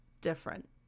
different